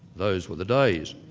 those were the days.